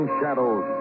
shadows